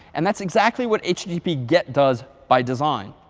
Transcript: and that's exactly what http get does by design.